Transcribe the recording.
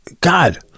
god